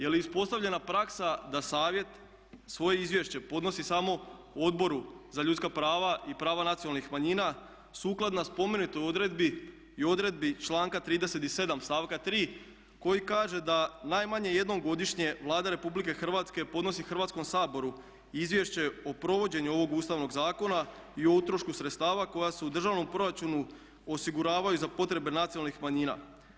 Je li ispostavljena praksa da Savjet svoje izvješće podnosi samo Odboru za ljudska prava i prava nacionalnih manjina sukladna spomenutoj odredbi i odredbi članka 37. stavka 3. koji kaže da najmanje jednom godišnje Vlada Republike Hrvatske podnosi Hrvatskom saboru izvješće o provođenju ovog Ustavnog zakona i o utrošku sredstava koja se u državnom proračunu osiguravaju za potrebe nacionalnih manjina.